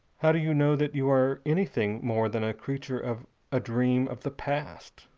how do you know that you are anything more than a creature of a dream of the past,